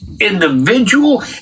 individual